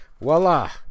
voila